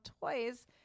toys